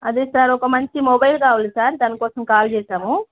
అదే సార్ ఒక మంచి మొబైల్ కావాలి సార్ దాని కోసం కాల్ చేశాము